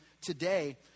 today